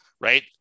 Right